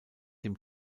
dem